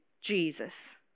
Jesus